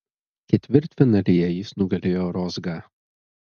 ketvirtfinalyje jis nugalėjo rozgą